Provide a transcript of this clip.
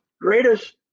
greatest